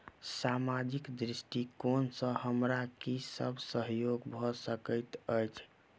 सामाजिक दृष्टिकोण सँ हमरा की सब सहयोग भऽ सकैत अछि?